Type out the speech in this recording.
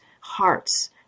hearts